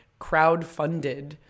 crowdfunded